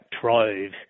Trove